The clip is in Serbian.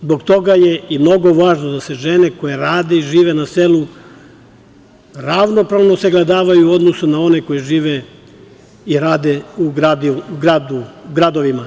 Zbog toga je i mnogo važno da se žene koje rade i žive na selu ravnopravno sagledavaju u odnosu na one koje žive i rade u gradovima.